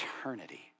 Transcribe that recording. eternity